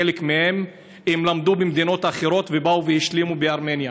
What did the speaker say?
חלק מהם למדו במדינות אחרות ובאו והשלימו בארמניה.